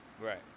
Right